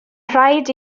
rhaid